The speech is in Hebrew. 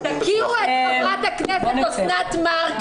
"תכירו את חברת הכנסת אוסנת מארק,